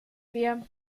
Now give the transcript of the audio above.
wir